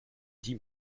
dix